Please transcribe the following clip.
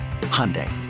Hyundai